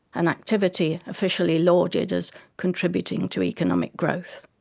an activity officially lauded as contributing to economic growth.